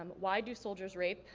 um why do soldiers rape?